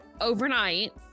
overnight